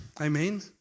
Amen